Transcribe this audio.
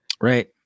Right